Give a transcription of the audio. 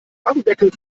aludeckel